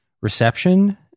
reception